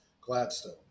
gladstone